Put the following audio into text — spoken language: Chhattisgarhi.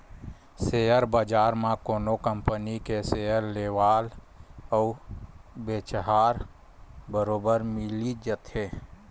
सेयर बजार म कोनो कंपनी के सेयर लेवाल अउ बेचहार बरोबर मिली जाथे